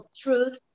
truth